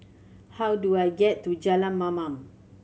how do I get to Jalan Mamam